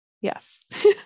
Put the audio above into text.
yes